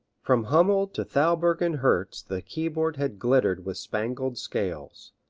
from hummel to thalberg and herz the keyboard had glittered with spangled scales.